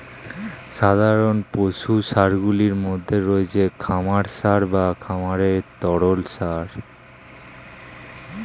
সাধারণ পশু সারগুলির মধ্যে রয়েছে খামার সার বা খামারের তরল সার